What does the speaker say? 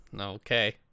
okay